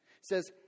says